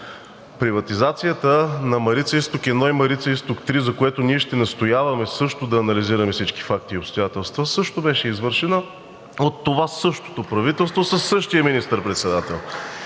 Приватизацията на „Марица изток 1“ и „Марица изток 3“, за което ние ще настояваме също да анализираме всички факти и обстоятелства, също беше извършена от това същото правителство със същия министър-председател.